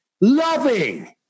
loving